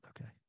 Okay